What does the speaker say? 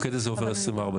המוקד הזה עובד 24/7?